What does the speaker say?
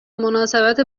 مناسبت